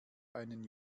einen